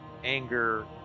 Anger